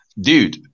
dude